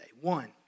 One